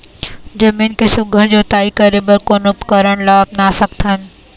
जमीन के सुघ्घर जोताई करे बर कोन उपकरण ला अपना सकथन?